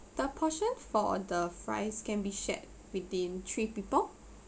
the portion for the fries can be shared within three people